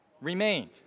remained